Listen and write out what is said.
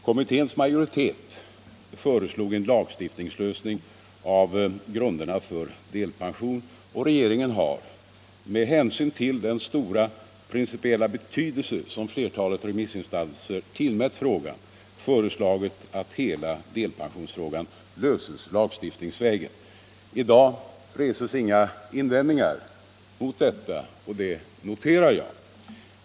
Kommitténs majoritet föreslog en lagstiftningslösning av grunderna för delpension, och regeringen har med hänsyn till den stora principiella betydelse som flertalet remissinstanser tillmätt frågan föreslagit att hela delpensionsfrågan löses lagstiftningsvägen. I dag reses inga invändningar mot detta, och det noterar jag.